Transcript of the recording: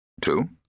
Two